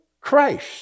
Christ